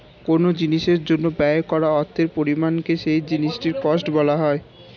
কোন জিনিসের জন্য ব্যয় করা অর্থের পরিমাণকে সেই জিনিসটির কস্ট বলা হয়